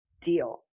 deal